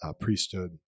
Priesthood